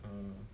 mm